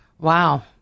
Wow